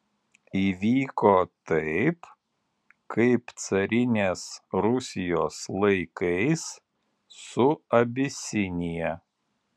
įvyko taip kaip carinės rusijos laikais su abisinija